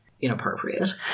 inappropriate